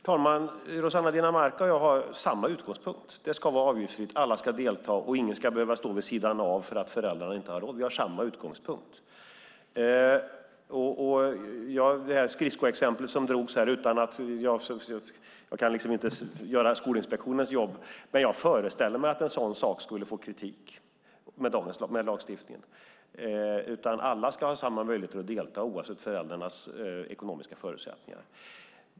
Herr talman! Rossana Dinamarca och jag har samma utgångspunkt. Det ska vara avgiftsfritt, alla ska delta och ingen ska behöva stå vid sidan av för att föräldrarna inte har råd. Vi har samma utgångspunkt. Skridskoåkning togs som exempel. Jag kan inte göra Skolinspektionens jobb, men jag föreställer mig att en sådan sak skulle få kritik enligt dagens lagstiftning. Alla ska ha samma möjligheter att delta oavsett föräldrarnas ekonomiska förutsättningar.